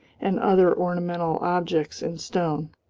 and other ornamental objects in stone.